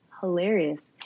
hilarious